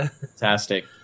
fantastic